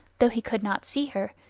though he could not see her,